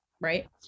right